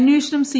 അന്വേഷണം സി